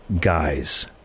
Guys